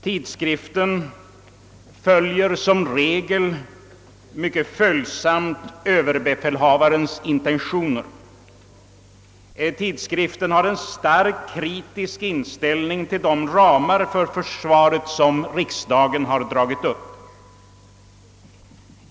Tidskriften är som regel mycket följsam gentemot överbefälhavarens intentioner och har en starkt kritisk inställning till de ramar för försvaret som riksdagen dragit upp.